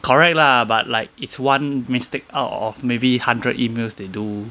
correct lah but like it's one mistake out of maybe hundred emails they do